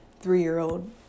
three-year-old